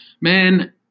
man